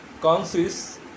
consists